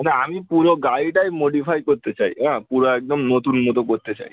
আচ্চা আমি পুরো গাড়িটাই মডিফাই করতে চাই অ্যাঁ পুরো একদম নতুন মতো করতে চাই